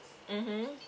mmhmm